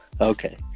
Okay